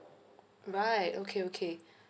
right okay okay